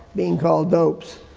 being called dopes.